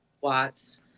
watts